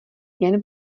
jen